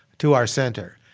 to our center.